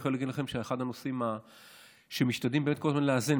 אני יכול להגיד לכם שאחד הנושאים שמשתדלים כל הזמן לאזן,